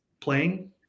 playing